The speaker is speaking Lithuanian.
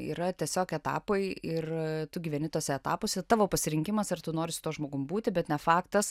yra tiesiog etapai ir tu gyveni tuose etapuose tavo pasirinkimas ar tu nori su tuo žmogum būti bet ne faktas